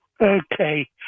Okay